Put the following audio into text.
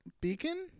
Beacon